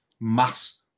mass